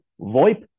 VoIP